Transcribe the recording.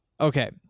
Okay